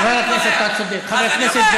חבר הכנסת,